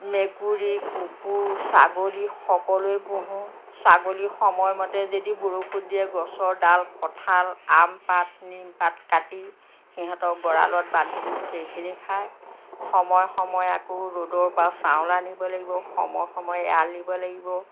মেকুৰী কুকুৰ ছাগলী সকলোৱে পুহোঁ ছাগলী সময়মতে যদি বৰষুণ দিয়ে গছৰ ডাল কঠাল আমপাত নি পাত কাটি সিহঁতক গঁৰালত বান্ধি দিওঁ সেইখিনি খায় সময় সময় আকৌ ৰ'দৰ পৰা ছাঁলৈ আনিব লাগে সময় সময় এৰাল দিব লাগিব